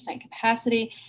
capacity